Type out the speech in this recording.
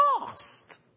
lost